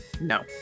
No